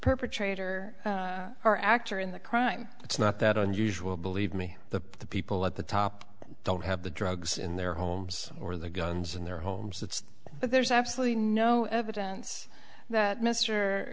perpetrator or actor in the crime it's not that unusual believe me the people at the top don't have the drugs in their homes or the guns in their homes that's but there's absolutely no evidence that m